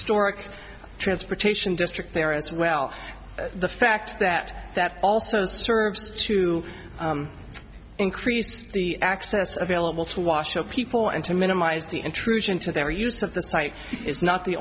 historic transportation district there as well as the fact that that also serves to increase the access available to wash up people and to minimise the intrusion into their use of the site is not the